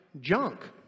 junk